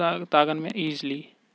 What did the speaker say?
تَگان مےٚ ایٖزلی